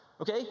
Okay